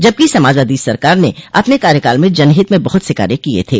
जबकि समाजवादी सरकार ने अपने कार्यकाल में जनहित में बहुत से कार्य किये थे